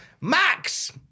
Max